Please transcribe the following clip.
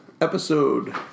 episode